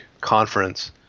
conference